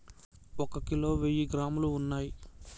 ఒక కిలోలో వెయ్యి గ్రాములు ఉన్నయ్